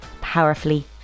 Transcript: powerfully